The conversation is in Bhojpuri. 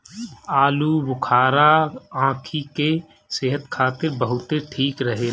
आलूबुखारा आंखी के सेहत खातिर बहुते ठीक रहेला